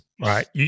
right